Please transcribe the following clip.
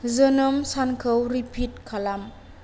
जोनोम सानखौ रिपिड खालाम